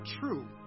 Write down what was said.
true